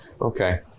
Okay